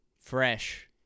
fresh